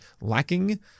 lacking